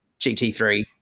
GT3